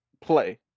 play